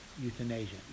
euthanasia